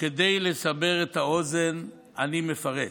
כדי לסבר את האוזן, אני מפרט: